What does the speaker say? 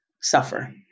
suffer